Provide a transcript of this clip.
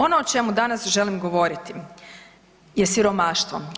Ono o čemu danas želim govoriti je siromaštvo.